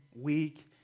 week